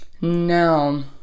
no